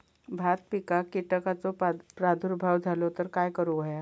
भात पिकांक कीटकांचो प्रादुर्भाव झालो तर काय करूक होया?